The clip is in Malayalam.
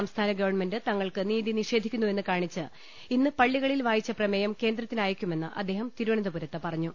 സംസ്ഥാന ഗവൺമെന്റ് തങ്ങൾക്ക് നീതി നിഷേധിക്കുന്നുവെന്ന് കാണിച്ച് ഇന്ന് പള്ളികളിൽ വായിച്ച പ്രമേയം കേന്ദ്രത്തിനയക്കുമെന്ന് അദ്ദേഹം തിരുവനന്തപുരത്ത് പറഞ്ഞു